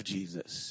Jesus